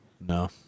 No